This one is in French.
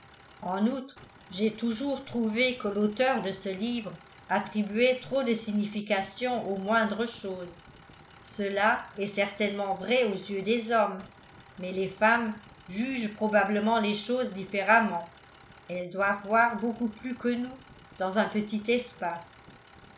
en outre j'ai toujours trouvé que l'auteur de ce livre attribuait trop de signification aux moindres choses cela est certainement vrai aux yeux des hommes mais les femmes jugent probablement les choses différemment elles doivent voir beaucoup plus que nous dans un petit espace